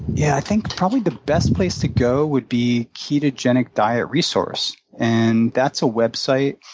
yeah, i think probably the best place to go would be ketogenic diet resource, and that's a website.